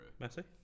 Messi